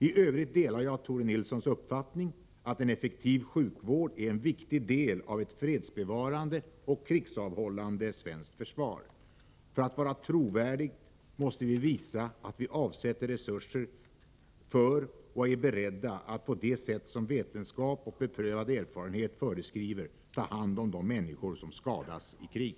I övrigt delar jag Tore Nilssons uppfattning att en effektiv hälsooch sjukvård är en viktig del av ett fredsbevarande och krigsavhållande svenskt försvar. För att det skall vara trovärdigt måste vi visa att vi avsätter resurser för och är beredda att på det sätt som vetenskap och beprövad erfarenhet föreskriver ta hand om de människor som skadas i krig.